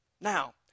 Now